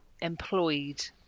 employed